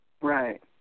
Right